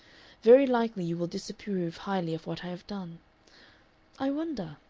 very likely you will disapprove highly of what i have done i wonder?